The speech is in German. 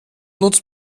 nutzt